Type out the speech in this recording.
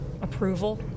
approval